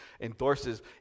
endorses